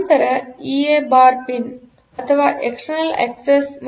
ನಂತರ ಈ EA bar pin ಅಥವಾ ಎಕ್ಸ್ಟರ್ನಲ್ ಆಕ್ಸೆಸ್